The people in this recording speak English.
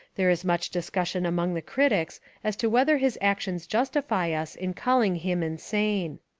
there is much discussion among the critics as to whether his actions justify us in calling him insane.